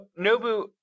nobu